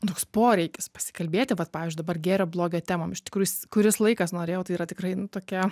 toks poreikis pasikalbėti vat pavyzdžiui dabar gėrio blogio temom iš tikrųjų kuris laikas norėjau tai yra tikrai tokia